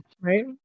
right